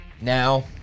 Now